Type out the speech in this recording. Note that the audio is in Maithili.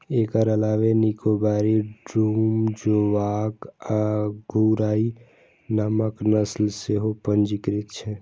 एकर अलावे निकोबारी, डूम, जोवॉक आ घुर्राह नामक नस्ल सेहो पंजीकृत छै